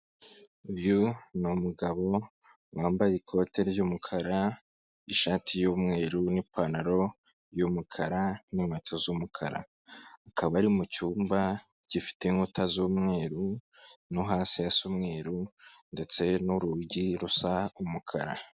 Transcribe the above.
Uyu ni umugabo wambaye ikote ry'umukara, ishati y'umweru n'ipantaro y'umukara n'inkweto z'umukara, akaba ari mu cyumba gifite inkuta z'umweru no hasi hasa umweru ndetse n'urugi rusa umukara.